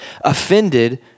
offended